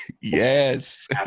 yes